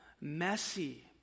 messy